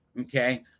okay